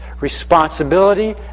Responsibility